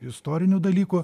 istorinių dalykų